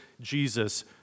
Jesus